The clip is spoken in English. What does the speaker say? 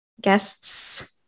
guests